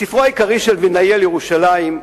בספרו העיקרי של וילנאי על ירושלים,